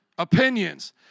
Opinions